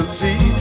see